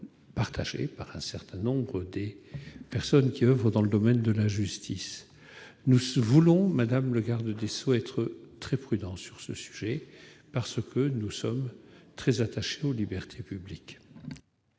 partagée par un certain nombre de personnes qui oeuvrent dans le domaine de la justice. Nous voulons être très prudents sur ce sujet, car nous sommes très attachés aux libertés publiques.